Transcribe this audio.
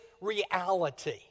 reality